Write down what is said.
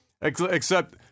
Except-